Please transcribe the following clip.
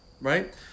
right